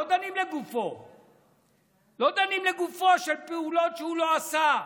לא דנים לגופן של פעולות שהוא לא עשה,